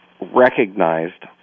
recognized